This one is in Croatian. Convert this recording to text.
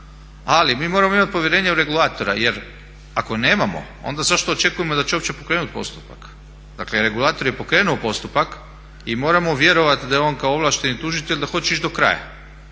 ali mi moramo imati povjerenja u regulatora jer ako nemamo onda zašto očekujemo da će uopće pokrenuti postupak? Dakle, regulator je pokrenuo postupak i moramo vjerovati da on kao ovlašteni tužitelj da hoće ići do kraja.